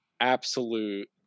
absolute